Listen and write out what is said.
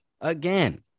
again